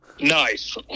nice